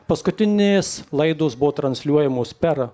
paskutinės laidos buvo transliuojamos per